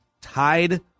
tied